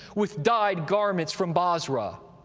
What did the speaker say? with dyed garments from bozrah?